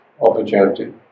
opportunity